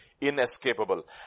inescapable